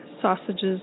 Sausages